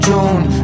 June